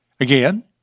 Again